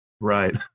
Right